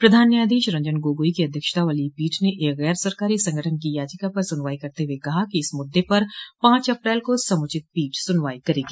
प्रधान न्यायाधीश रंजन गोगोई की अध्यक्षता वाली पीठ ने एक गैर सरकारी संगठन की याचिका पर सुनवाई करते हुए कहा कि इस मुद्दे पर पांच अप्रैल को समुचित पीठ सुनवाई करेगी